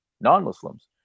non-Muslims